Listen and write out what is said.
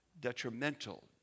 detrimental